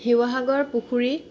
শিৱসাগৰ পুখুৰী